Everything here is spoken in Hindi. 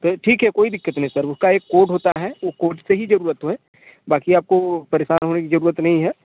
सर ठीक है कोई दिक्कत नहीं सर उसका एक कोड होता है वो कोड से ही ज़रूरत है बाक़ी आपको परेशान होने की ज़रूरत नहीं है